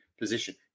position